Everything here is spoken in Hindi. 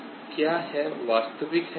क्या यह वास्तविक है